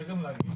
סיימתי.